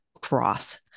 cross